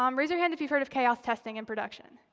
um raise your hand if you've heard of chaos testing in production?